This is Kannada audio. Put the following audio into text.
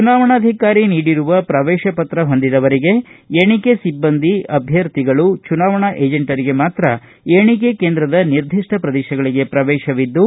ಚುನಾವಣಾಧಿಕಾರಿ ನೀಡಿರುವ ಪ್ರವೇಶ ಪತ್ರ ಹೊಂದಿದವರಿಗೆ ಎಣಿಕೆ ಸಿಬ್ಬಂದಿ ಅಭ್ಯರ್ಥಿಗಳು ಚುನಾವಣಾ ಏಜೆಂಟರಿಗೆ ಮಾತ್ರ ಎಣಿಕೆ ಕೇಂದ್ರದ ನಿರ್ದಿಷ್ಟ ಪ್ರದೇಶಗಳಿಗೆ ಪ್ರವೇಶವಿದ್ದು